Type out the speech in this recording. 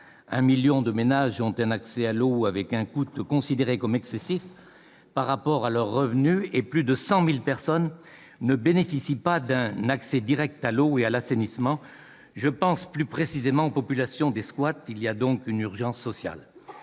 Un million de ménages ont accès à l'eau en payant un prix considéré comme excessif par rapport à leurs revenus. Plus de 100 000 personnes ne bénéficient pas d'un accès direct à l'eau et à l'assainissement : je pense plus précisément aux populations des squats. Il y a là une urgence sociale